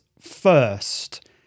first